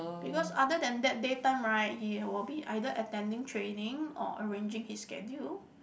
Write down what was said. because other than that day time right he will be either training or arranging his schedule